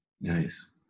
Nice